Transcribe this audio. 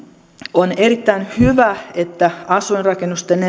on erittäin hyvä että asuinrakennusten